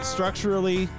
Structurally